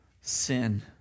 sin